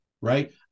right